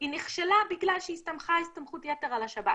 היא נכשלה בגלל שהיא הסתמכה הסתמכות יתר על השב"כ.